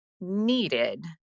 needed